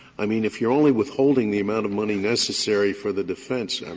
i mean, if you're only withholding the amount of money necessary for the defense,